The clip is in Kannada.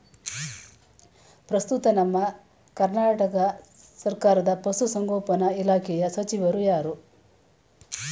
ಪ್ರಸ್ತುತ ನಮ್ಮ ಕರ್ನಾಟಕ ಸರ್ಕಾರದ ಪಶು ಸಂಗೋಪನಾ ಇಲಾಖೆಯ ಸಚಿವರು ಯಾರು?